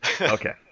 Okay